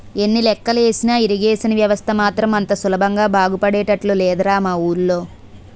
ఎన్ని లెక్కలు ఏసినా ఇరిగేషన్ వ్యవస్థ మాత్రం అంత సులభంగా బాగుపడేటట్లు లేదురా మా వూళ్ళో